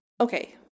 Okay